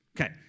Okay